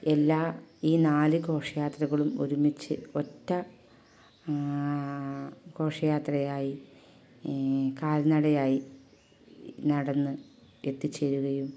എല്ലാ ഈ നാല് ഘോഷയാത്രകളും ഒരുമിച്ച് ഒറ്റ ഘോഷയാത്രയായി കാൽനടയായി നടന്ന് എത്തിച്ചേരുകയും